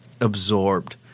absorbed